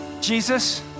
Jesus